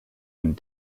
and